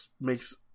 makes